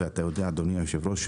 ואתה יודע אדוני היושב-ראש,